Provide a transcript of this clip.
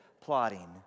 plotting